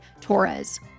Torres